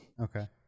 Okay